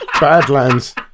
Badlands